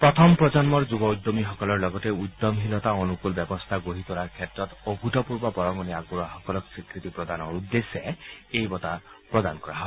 প্ৰথম প্ৰজন্মৰ যুৱ উদ্যমীসকলৰ লগতে উদ্যমশীলতা অনুকূল ব্যৱস্থা গঢ়ি তোলাৰ ক্ষেত্ৰত অভূতপূৰ্ব বৰঙণি আগবঢ়োৱাসকলক স্বীকৃতি প্ৰদানৰ উদ্দেশ্যে এই বঁটা প্ৰদান কৰা হয়